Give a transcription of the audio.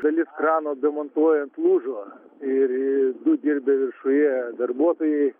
dalis krano demontuojant lūžo ir du dirbę viršuje darbuotojai